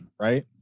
Right